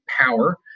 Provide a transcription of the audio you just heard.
power